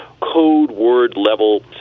code-word-level